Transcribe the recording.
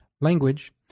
language